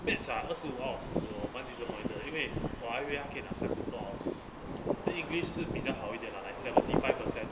maths ah 二十五号 out of 四十五 orh 满 disappointed 因为我还为他可以拿三十多号四十 then english 是比较好一点 like seventy five percent